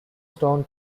stone